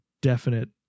definite